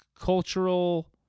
cultural